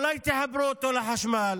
אולי תחברו אותו לחשמל?